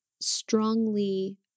strongly